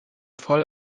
voll